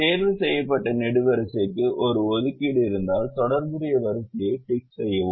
தேர்வுசெய்யப்பட்ட நெடுவரிசைக்கு ஒரு ஒதுக்கீடு இருந்தால் தொடர்புடைய வரிசையைத் டிக் செய்யவும்